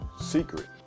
secret